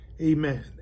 Amen